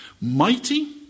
Mighty